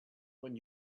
when